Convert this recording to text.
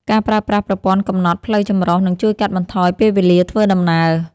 ការប្រើប្រាស់ប្រព័ន្ធកំណត់ផ្លូវចម្រុះ នឹងជួយកាត់បន្ថយពេលវេលាធ្វើដំណើរ។